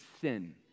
sin